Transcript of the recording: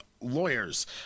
lawyers